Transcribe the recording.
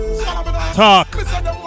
Talk